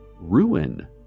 ruin